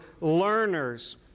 learners